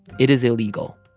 it is illegal.